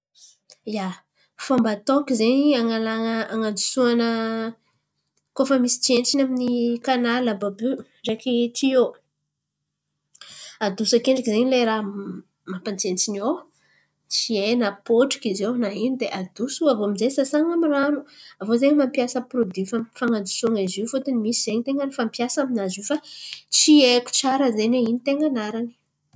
Ia, fômba ataoko zen̈y an̈alana an̈adosoana koa fa misy tsentsina amin'ny kanaly àby àby io ndreky tiô. Adoso akendriky zen̈y lay raha ma- mampatsentsin̈y ao tsy hay na pôtriky izy ao na ino ke adoso aviô aminjay sasan̈a amy rano. Aviô zen̈y mampiasa pirôdÿ fan̈- fan̈adosoan̈a izy io fôtony misy zen̈y ten̈a ny fampiasa aminazy io fa tsy haiko tsara zen̈y oe ino ten̈a anarany.